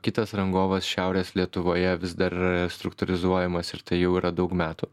kitas rangovas šiaurės lietuvoje vis dar struktūrizuojamas ir tai jau yra daug metų